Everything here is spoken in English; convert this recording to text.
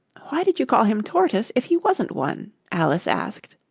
why did you call him tortoise, if he wasn't one alice asked.